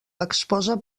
exposa